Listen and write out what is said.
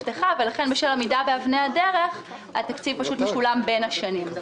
ובשל הצורך לעמוד באבני הדרך התקציב פשוט משולם בין השנים.